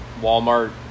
Walmart